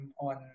on